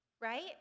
right